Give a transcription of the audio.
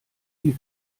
die